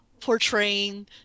portraying